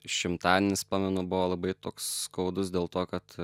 šimtadienis pamenu buvo labai toks skaudus dėl to kad